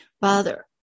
Father